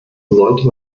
sollte